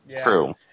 True